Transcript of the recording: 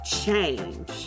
change